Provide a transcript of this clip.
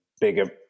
bigger